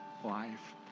life